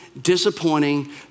disappointing